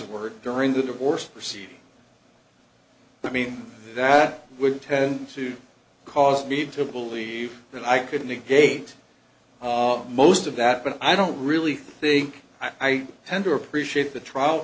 were during the divorce proceeding i mean that would tend to cause me to believe that i could negate most of that but i don't really think i tend to appreciate the trial